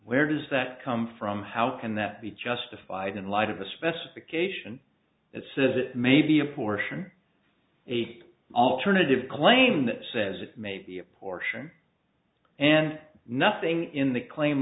where does that come from how can that be justified in light of the specification that says it may be a portion a alternative claim that says it may be a portion and nothing in the claim